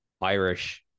Irish